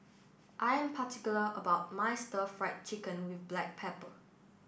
I am particular about my Stir Fried Chicken with Black Pepper